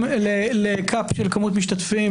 גם לקאפ של כמות משתתפים,